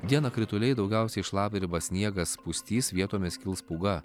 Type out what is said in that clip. dieną krituliai daugiausiai šlapdriba sniegas pustys vietomis kils pūga